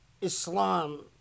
Islam